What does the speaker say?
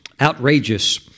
outrageous